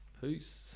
Peace